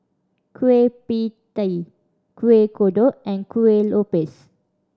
Kueh Pie Tee Kuih Kodok and Kueh Lopes